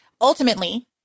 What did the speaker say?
Ultimately